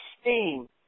steam